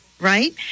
right